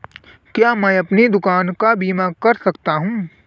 क्या मैं अपनी दुकान का बीमा कर सकता हूँ?